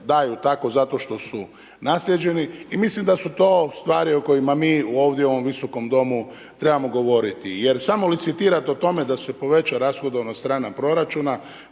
daju tako zato što su naslijeđeni. I mislim da su to stvari o kojima mi ovdje u ovom Visokom domu trebamo govoriti. Jer samo licitirati o tome da se poveća rashodovna strana proračuna,